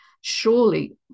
Surely